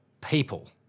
people